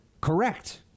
correct